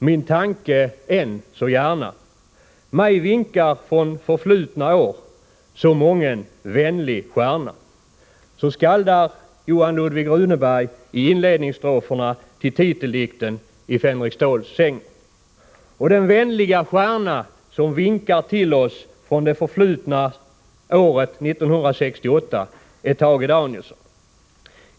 min tanke än så gärna, mig vinkar från förflutna år så mången vänlig stjärna.” Så skaldar Johan Ludvig Runeberg i inledningsstroferna till titeldikten i Fänrik Ståls sägner. Och den vänliga stjärna som vinkar till oss från det förflutna året 1968 är Tage Danielsson.